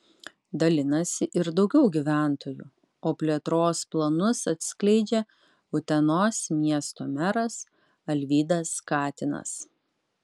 dalinasi ir daugiau gyventojų o plėtros planus atskleidžia utenos miesto meras alvydas katinas